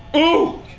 ooh